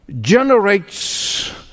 generates